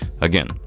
Again